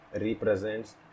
represents